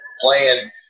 playing